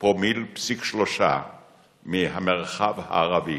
1.3 פרומיל מהמרחב הערבי,